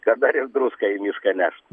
kad dar ir druską į mišką nešt